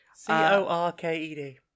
C-O-R-K-E-D